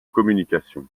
communications